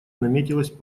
наметилась